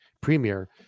premier